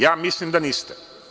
Ja mislim da niste.